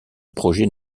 projet